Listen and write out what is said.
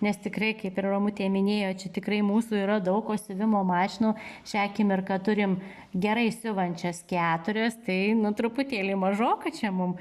nes tikrai kaip ir romutė minėjo čia tikrai mūsų yra daug o siuvimo mašinų šią akimirką turim gerai siuvančias keturias tai nu truputėlį mažoka čia mum